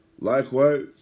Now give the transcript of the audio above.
Likewise